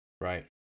Right